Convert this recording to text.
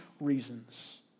reasons